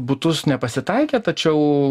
butus nepasitaikė tačiau